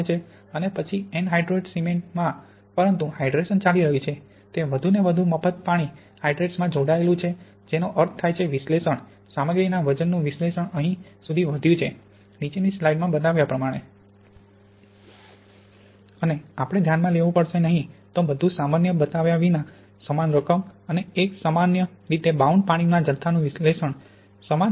અને પછી anhydrous cement માં પરંતુ હાઇડ્રેશન ચાલી રહ્યું છે તે વધુને વધુ મફત પાણી હાઇડ્રેટમાં જોડાયેલું છે જેનો અર્થ થાય છે વિશ્લેષણ સામગ્રીનું વજનનું વિશ્લેષણ અહીં સુધી વધ્યું છે નીચેની સ્લાઇડ્સમાં બતાવ્યા પ્રમાણે અને આપણે ધ્યાનમાં લેવું પડશે નહીં તો બધું સામાન્ય બનાવ્યા વિના સમાન રકમ અને અમે સામાન્ય રીતે બાઉન્ડ પાણીના જથ્થાનું વિશ્લેષણ સમાંતર થર્મોગ્રાવિમેટ્રિક થી કરીશું